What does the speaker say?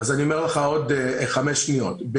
אני אומר לך עוד חמש שניות.